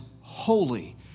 holy